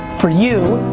for you,